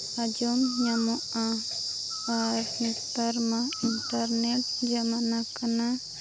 ᱟᱨ ᱡᱚᱢ ᱧᱟᱢᱚᱜᱼᱟ ᱟᱨ ᱱᱮᱛᱟᱨ ᱢᱟ ᱤᱱᱴᱟᱨᱱᱮᱴ ᱡᱟᱢᱟᱱᱟ ᱠᱟᱱᱟ